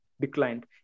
declined